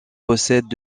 possèdent